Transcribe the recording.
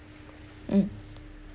um